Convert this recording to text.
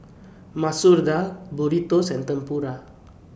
Masoor Dal Burrito and Tempura